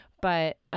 but-